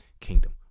kingdom